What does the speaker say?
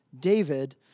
David